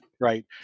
right